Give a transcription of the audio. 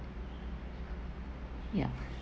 yeah